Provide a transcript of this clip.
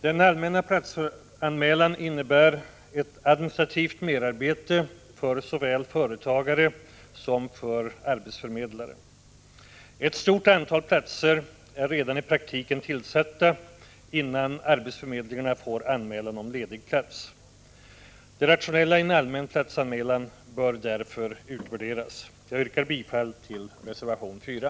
Den allmänna platsanmälan innebär ett administrativt merarbete för såväl företagare som arbetsförmedlare. Ett stort antal platser är redan i praktiken tillsatta innan arbetsförmedlingarna får anmälan om ledig plats. Det rationella i en allmän platsanmälan bör därför utvärderas. Jag yrkar bifall till reservation 4.